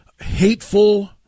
hateful